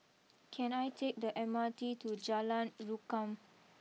can I take the M R T to Jalan Rukam